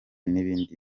n’ibindi